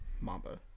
Mamba